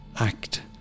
act